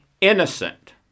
innocent